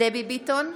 דבי ביטון,